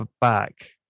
back